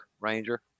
Ranger